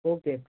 okay